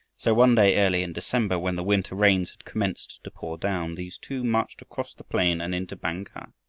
so one day early in december, when the winter rains had commenced to pour down, these two marched across the plain and into bang-kah.